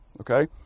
okay